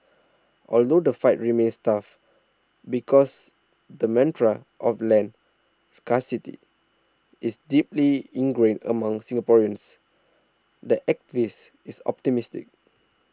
although the fight remains tough because the mantra of land scarcity is deeply ingrained among Singaporeans the activist is optimistic